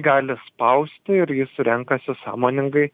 gali spausti ir jis renkasi sąmoningai